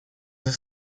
the